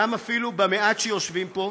גם אפילו במעט שיושבים פה,